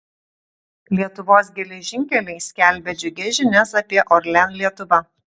lietuvos geležinkeliai skelbia džiugias žinias apie orlen lietuva